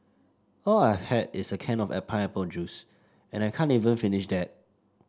all I've had is a can of pineapple juice and I can't even finish that